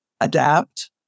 adapt